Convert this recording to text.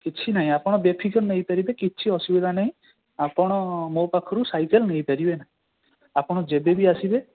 କିଛି ନାହିଁ ଆପଣ ବେଫିକର୍ ନେଇପାରିବେ କିଛି ଅସୁବିଧା ନାହିଁ ଆପଣ ମୋ ପାଖରୁ ସାଇକେଲ ନେଇପାରିବେ ଆପଣ ଯେବେ ବି ଆସିବେ